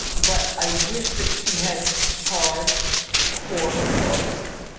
but i wish that she had charged for her posts,